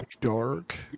dark